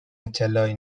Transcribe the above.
اطلاعی